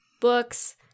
books